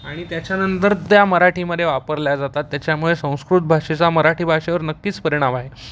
आणि त्याच्यानंतर त्या मराठीमधे वापरल्या जातात त्याच्यामुळे संस्कृत भाषेचा मराठी भाषेवर नक्कीच परिणाम आहे